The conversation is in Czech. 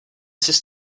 sis